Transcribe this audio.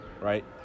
right